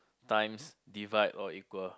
times divide or equal